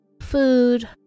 food